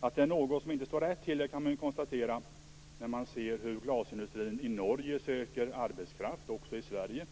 Att det är något som inte står rätt till kan man konstatera när man ser hur glasindustrin i Norge söker arbetskraft också i Sverige.